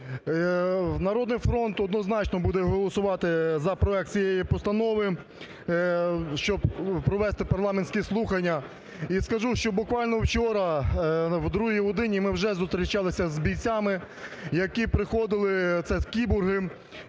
"Народний фронт" однозначно буде голосувати за проект цієї постанови, щоб провести парламентські слухання. І скажу, що буквально вчора о другій годині ми вже зустрічалися з бійцями, які приходили – це з "кіборгами",